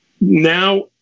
now